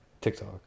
TikTok